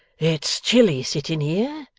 it's chilly, sitting here,